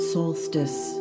Solstice